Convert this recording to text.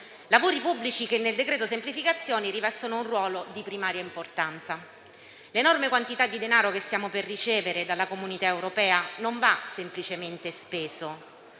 lavori pubblici nel decreto-legge semplificazioni rivestono un ruolo di primaria importanza. L'enorme quantità di denaro che stiamo per ricevere dalla Comunità europea non va semplicemente speso,